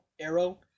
Arrow